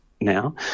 now